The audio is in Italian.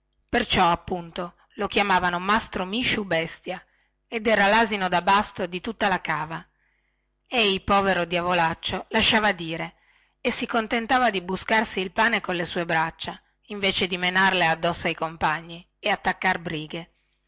perciò appunto lo chiamavano mastro misciu bestia ed era lasino da basto di tutta la cava ei povero diavolaccio lasciava dire e si contentava di buscarsi il pane colle sue braccia invece di menarle addosso ai compagni e attaccar brighe